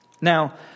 now